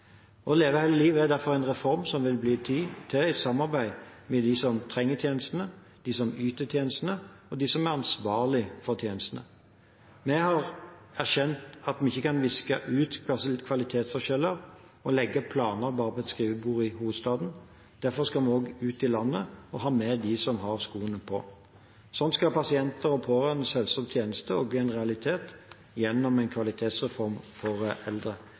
hele livet» er derfor en reform som blir til i samarbeid med dem som trenger tjenestene, dem som yter tjenestene, og dem som er ansvarlige for tjenestene. Vi har erkjent at vi ikke kan viske ut kvalitetsforskjeller og legge planer bare på et skrivebord i hovedstaden. Derfor skal vi ut i landet og lytte til dem som har skoen på. Slik skal pasientens og pårørendes helse- og omsorgstjeneste bli en realitet, gjennom en kvalitetsreform for eldre.